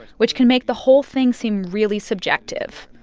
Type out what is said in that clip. which can make the whole thing seem really subjective.